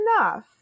enough